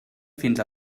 fins